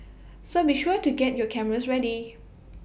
so be sure to get your cameras ready